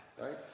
Right